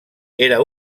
era